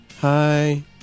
Hi